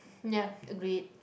ya agreed